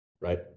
Right